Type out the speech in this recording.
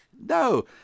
No